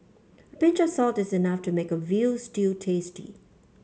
a pinch of salt is enough to make a veal stew tasty